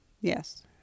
Yes